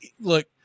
look